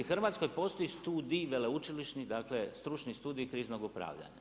U RH postoji studij veleučilišni dakle, stručni studij kriznog upravljanja.